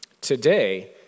today